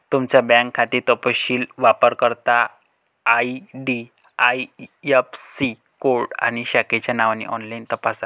तुमचा बँक खाते तपशील वापरकर्ता आई.डी.आई.ऍफ़.सी कोड आणि शाखेच्या नावाने ऑनलाइन तपासा